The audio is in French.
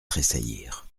tressaillir